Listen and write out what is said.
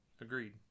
Agreed